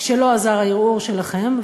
כשלא עזר הערעור שלכם,